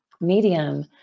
Medium